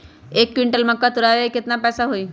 एक क्विंटल मक्का तुरावे के केतना पैसा होई?